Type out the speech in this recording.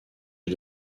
est